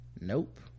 nope